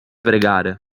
pregare